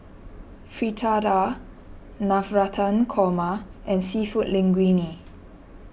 Fritada Navratan Korma and Seafood Linguine